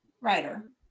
writer